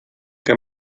que